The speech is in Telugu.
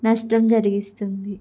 నష్టం జరుగుతుంది